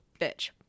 bitch